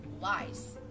lies